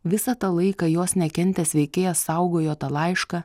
visą tą laiką jos nekentęs veikėjas saugojo tą laišką